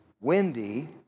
Wendy